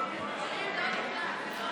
בממשלה לא נתקבלה.